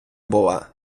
була